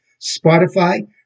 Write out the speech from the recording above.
Spotify